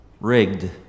rigged